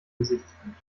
gesichtspunkt